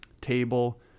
table